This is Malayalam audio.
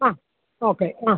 ആ ഓക്കെ ആ